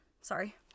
Sorry